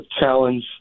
challenge